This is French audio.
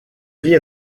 vit